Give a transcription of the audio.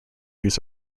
use